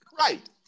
Right